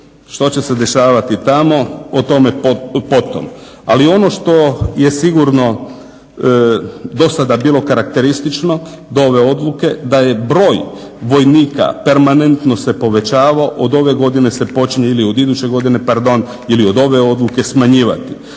Što će se dešavati tamo? O tome potom. Ali ono što je sigurno do sada bilo karakteristično do ove odluke da je broj vojnika permanentno se povećavao. Od ove godine se počinje ili od iduće godine pardon, ili od ove odluke smanjivati.